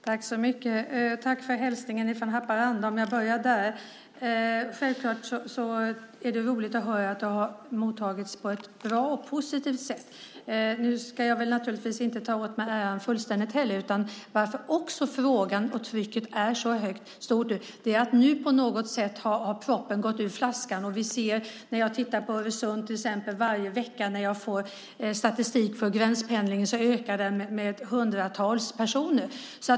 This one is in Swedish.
Herr talman! Tack för hälsningen från Haparanda, om jag börjar där. Självklart är det roligt att det har mottagits på ett bra och positivt sätt. Nu ska jag naturligtvis inte ta åt mig äran fullständigt. Att frågan är så stor och att trycket är så högt nu beror på att proppen på något sätt har gått ur flaskan. När jag till exempel tittar på statistik för gränspendling vid Öresund varje vecka ser jag att den ökar med flera hundra personer.